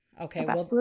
Okay